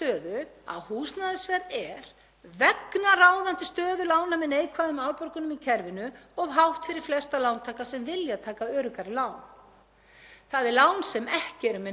þ.e. lán sem ekki eru með neikvæðum afborgunum. Því neyðast flestir lántakar til að taka verðtryggð lán, þ.e. lán með neikvæðum afborgunum, hvort sem þeim líkar það betur eða verr.